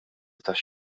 tax